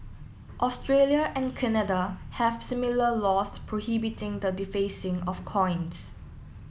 Australia and Canada have similar laws prohibiting the defacing of coins